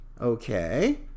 okay